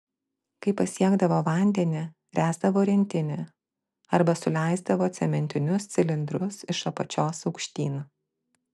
kai pasiekdavo vandenį ręsdavo rentinį arba suleisdavo cementinius cilindrus iš apačios aukštyn